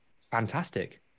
fantastic